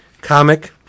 comic